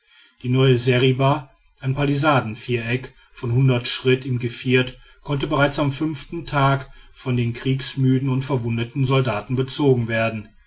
die neue seriba ein palisadenviereck von hundert schritt im geviert konnte bereits am fünften tag von den kriegsmüden und verwundeten soldaten bezogen werden